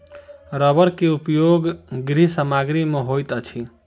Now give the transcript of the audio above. रबड़ के उपयोग गृह सामग्री में होइत अछि